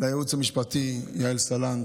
לייעוץ המשפטי, ליעל סלנט,